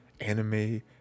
anime